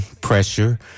pressure